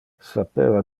sapeva